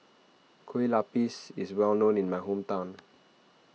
Kueh Lapis is well known in my hometown